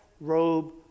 robe